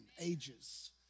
ages